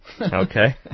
Okay